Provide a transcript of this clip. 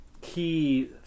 key